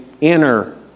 inner